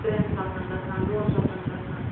ترٛیٚن ساسن گژھان دۄن ساسن گژھان